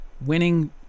winning